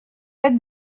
êtes